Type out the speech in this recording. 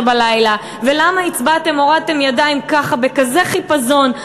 ולמה הצבעתם, הורדתם ידיים ככה, בכזה חיפזון?